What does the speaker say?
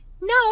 no